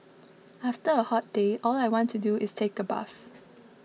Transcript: after a hot day all I want to do is take a bath